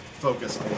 focus